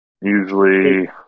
usually